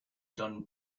done